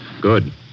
Good